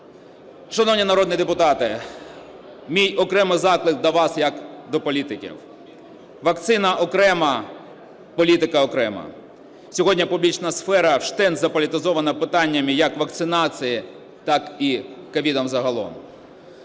Шановні народні депутати, мій окремий заклик до вас як до політиків: вакцина – окремо, політика – окремо. Сьогодні публічна сфера вщент заполітизована питаннями як вакцинації, так і COVID загалом.